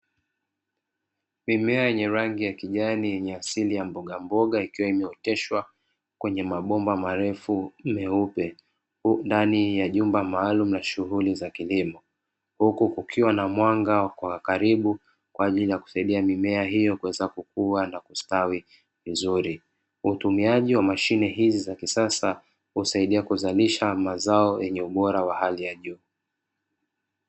Mimea yenye rangi ya kijani yenye asili ya mbogamboga ikiwa imeoteshwa kwenye mabomba marefu meupe ndani ya jumba maalumu ya shughuli za kilimo, huku kukiwa na mwanga kwa karibu kwa ajili ya kusaidia mimea hiyo kuweza kukua na kustawi vizuri. Utumiaji wa mashine hizi za kisasa husaidia kuzalisha mazao yenye ubora wa hali ya juu.